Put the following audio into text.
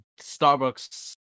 Starbucks